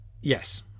yes